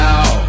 Now